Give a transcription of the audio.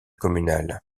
communal